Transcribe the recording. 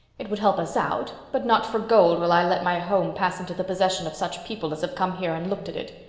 it would help us out, but not for gold will i let my home pass into the possession of such people as have come here and looked at it.